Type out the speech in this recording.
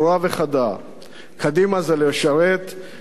קדימה זה לשרת, נתניהו זה להשתמט.